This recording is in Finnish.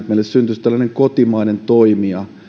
meille syntyisi tällainen kotimainen toimija